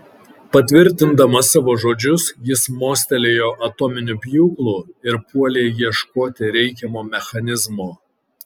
patvirtindamas savo žodžius jis mostelėjo atominiu pjūklu ir puolė ieškoti reikiamo mechanizmo